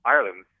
Ireland